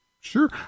Sure